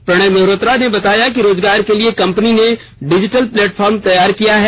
प्रणय मेहरोत्रा ने बताया रोजगार के लिए कंपनी ने डिजीटल प्लेटफॉर्म तैयार किया है